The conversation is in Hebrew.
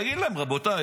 תגיד להם: רבותיי,